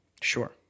Sure